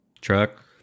truck